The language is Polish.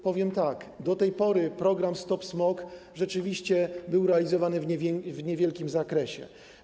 Powiem tak: do tej pory program „Stop smog” rzeczywiście był realizowany w niewielkim zakresie.